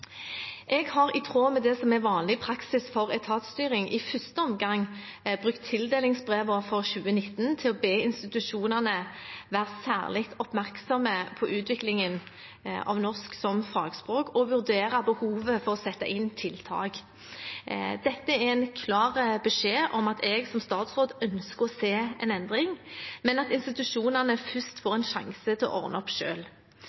Jeg har i tråd med det som er vanlig praksis for etatsstyring, i første omgang brukt tildelingsbrevene for 2019 til å be institusjonene være særlig oppmerksomme på utviklingen av norsk som fagspråk og vurdere behovet for å sette inn tiltak. Dette er en klar beskjed om at jeg som statsråd ønsker å se en endring, men at institusjonene først får